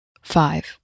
five